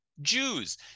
Jews